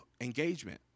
engagement